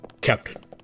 Captain